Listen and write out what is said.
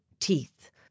teeth